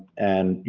and, you